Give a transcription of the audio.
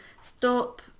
stop